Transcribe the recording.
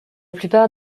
plupart